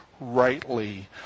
rightly